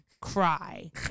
cry